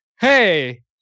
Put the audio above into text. Hey